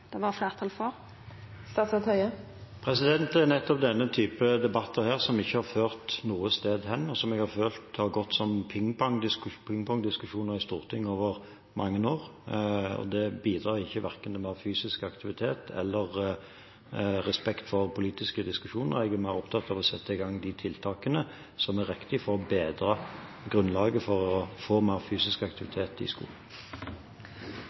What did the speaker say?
det var fleirtal for? Det er nettopp denne typen debatt som ikke har ført noe sted hen, og som jeg har følt har gått som pingpong-diskusjoner i Stortinget over mange år. Det bidrar verken til mer fysisk aktivitet eller respekt for politiske diskusjoner. Jeg er mer opptatt av å sette i gang de tiltakene som er riktige, for å bedre grunnlaget for å få mer fysisk aktivitet i skolen.